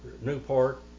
Newport